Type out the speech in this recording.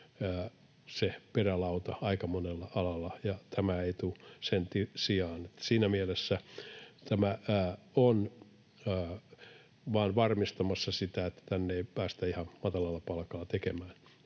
se perälauta aika monella alalla, ja tämä ei tule sen sijaan, niin että siinä mielessä tämä on vain varmistamassa sitä, että tänne ei päästä ihan matalalla palkalla tekemään.